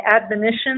admonition